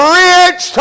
rich